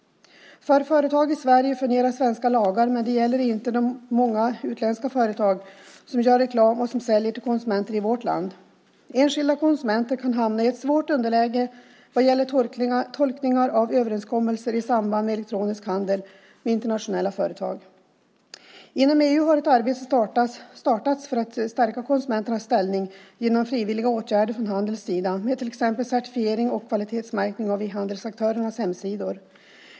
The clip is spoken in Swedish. För företag i Sverige fungerar svenska lagar, men det gäller inte de många utländska företag som gör reklam och som säljer till konsumenter i vårt land. Enskilda konsumenter kan hamna i ett svårt underläge vid tolkning av överenskommelser i samband med elektronisk handel med internationella företag. Inom EU har ett arbete startats för att stärka konsumenternas ställning genom frivilliga åtgärder från handelns sida med till exempel certifiering och kvalitetsmärkning av e-handelsaktörernas hemsidor.